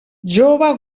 jove